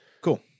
Cool